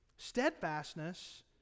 steadfastness